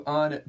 on